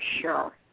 sure